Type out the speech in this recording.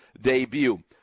debut